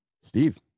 Steve